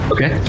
Okay